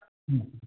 ꯎꯝ